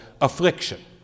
affliction